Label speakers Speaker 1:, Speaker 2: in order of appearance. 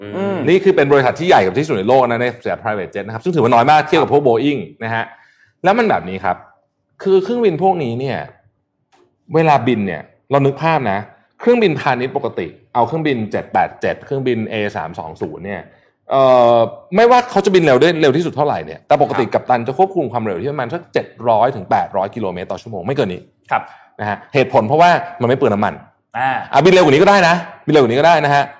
Speaker 1: อืม
Speaker 2: นี่คือเป็นบริษัทที่ใหญ่กับที่สุดในโลกนะ ในสาย private jet นะครับ ซึ่งถือว่าน- น้อยมาก
Speaker 1: ครับ
Speaker 2: เทียบกับพวก Boeing นะฮะ แล้วมันแบบนี้ครับ คือเครื่องบินพวกนี้เนี่ยเวลาบินเนี่ย เรานึกภาพนะ เครื่องบินพาณิชย์ปกติ เอาเครื่องบิน 787 เครื่องบิน A320 เนี่ย เอ่อ ไม่ว่าเขาจะบินเร็วได้เร็วที่สุดเท่าไหร่เนี่ย แต่ปกติ
Speaker 1: ครับ
Speaker 2: กัปตันจะควบคุมความเร็วที่ประมาณสัก 700 ถึง 800 กิโลเมตรต่อชั่วโมง ไม่เกินนี้
Speaker 1: ครับ
Speaker 2: นะฮะ เหตุผลเพราะว่ามันไม่เปลืองน้ำมัน
Speaker 1: อ่า
Speaker 2: อ่ะ บินเร็วกว่านี้ก็ได้นะ บินเร็วกว่านี้ก็-